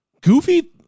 goofy